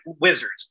Wizards